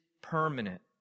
permanent